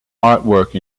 artwork